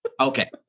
Okay